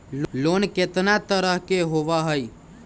Loan केतना तरह के होअ हई?